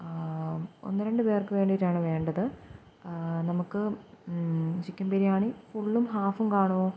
ഒന്ന് രണ്ട് പേർക്ക് വേണ്ടിയിട്ടാണ് വേണ്ടത് നമുക്ക് ചിക്കൻ ബിരിയാണി ഫുള്ളും ഹാഫും കാണുമോ